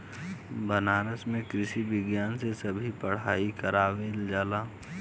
बनारस में भी कृषि विज्ञान के भी पढ़ाई करावल जाला